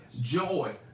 joy